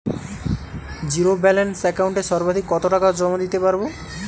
Zero balance একাউন্টে সর্বাধিক কত টাকা জমা দিতে পারব?